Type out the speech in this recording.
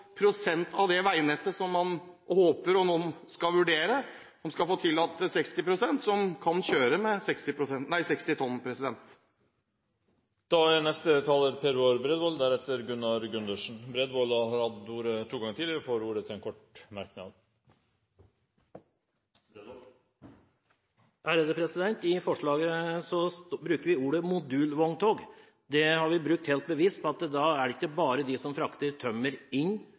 prosent av veinettet der som man nå skal vurdere om man skal tillate at det kjøres med 60 tonn. Representanten Per Roar Bredvold har hatt ordet to ganger tidligere og får ordet til en kort merknad, begrenset til 1 minutt. I forslaget har vi brukt ordet «modulvogntog» – det har vært helt bevisst. Da gjelder det ikke bare for dem som frakter tømmer inn